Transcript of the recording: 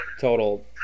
total